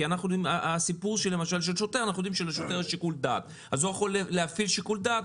אנחנו יודעים שלשוטר למשל יש שיקול דעת אז הוא יכול להפעיל שיקול דעת,